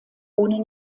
ohne